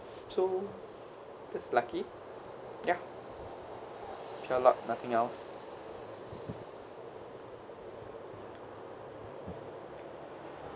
so that's lucky ya pure luck nothing else